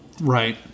Right